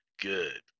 good